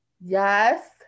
Yes